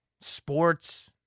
sports